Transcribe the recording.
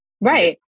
Right